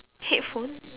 headphone